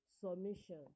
submission